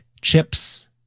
chips